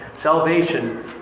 Salvation